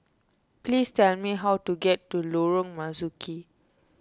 please tell me how to get to Lorong Marzuki